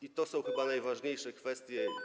I to są chyba najważniejsze kwestie.